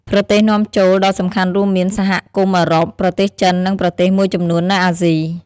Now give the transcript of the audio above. ប្រទេសនាំចូលដ៏សំខាន់រួមមាន សហគមន៍អឺរ៉ុប ប្រទេសចិន និងប្រទេសមួយចំនួននៅអាស៊ី។